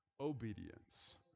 obedience